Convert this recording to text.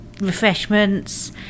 refreshments